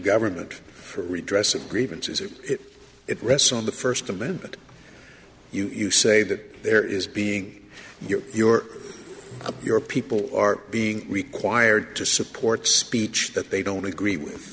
government for redress of grievances if it rests on the first amendment you say that there is being your your your people are being required to support speech that they don't agree with